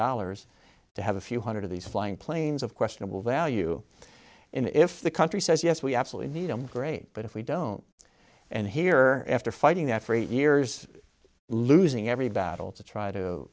dollars to have a few hundred of these flying planes of questionable value and if the country says yes we absolutely need them great but if we don't and here after fighting that for eight years losing every battle to t